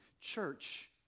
Church